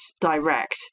direct